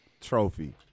Trophy